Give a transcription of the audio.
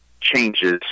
changes